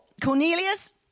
Cornelius